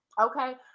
Okay